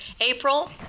April